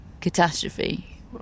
catastrophe